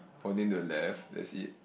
pointing to the left that's it